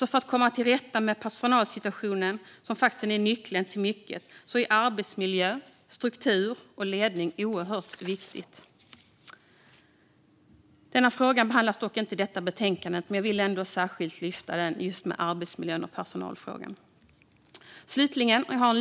För att komma till rätta med personalsituationen som är nyckeln till mycket är arbetsmiljö, struktur och ledning oerhört viktigt. Den frågan behandlas inte i detta betänkande, men jag vill ändå lyfta arbetsmiljön och personalfrågorna.